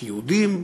כיהודים.